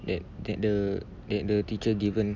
that that the that the teacher given